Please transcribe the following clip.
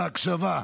על ההקשבה.